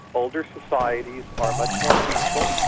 older societies are much more peaceful,